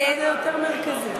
הצד היותר-מרכזי.